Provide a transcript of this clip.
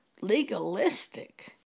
legalistic